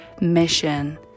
mission